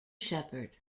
shepherd